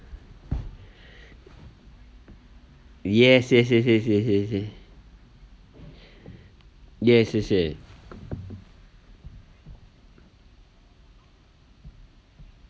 yes yes yes yes yes yes yes yes yes